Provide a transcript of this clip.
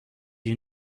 you